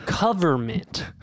government